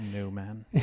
Newman